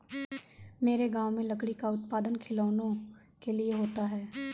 मेरे गांव में लकड़ी का उत्पादन खिलौनों के लिए होता है